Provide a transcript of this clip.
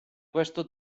questo